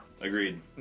Agreed